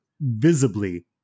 visibly